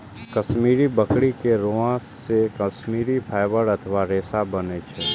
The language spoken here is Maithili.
कश्मीरी बकरी के रोआं से कश्मीरी फाइबर अथवा रेशा बनै छै